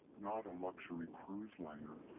not a luxury cruise liner!